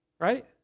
Right